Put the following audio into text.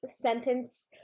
sentence